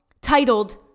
titled